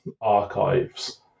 Archives